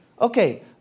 okay